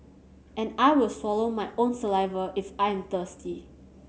and I will swallow my own saliva if I am thirsty